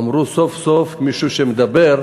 ואמרו: סוף-סוף מישהו שמדבר,